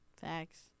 Facts